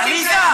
אז קודם כול,